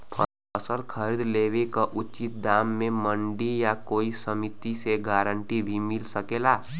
फसल खरीद लेवे क उचित दाम में मंडी या कोई समिति से गारंटी भी मिल सकेला?